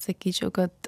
sakyčiau kad